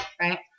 right